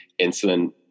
insulin